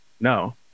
no